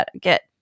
get